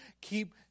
keep